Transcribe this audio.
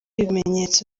ibimenyetso